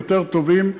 טובים יותר.